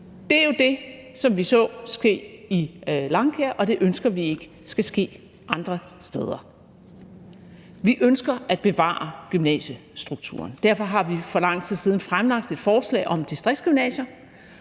Det er jo det, vi så ske på Langkaer Gymnasium, og det ønsker vi ikke skal ske andre steder. Vi ønsker at bevare gymnasiestrukturen. Derfor har vi for lang tid siden fremlagt et forslag om distriktsgymnasier,